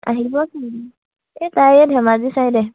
আহিব এই তাই ধেমাজি চাইডে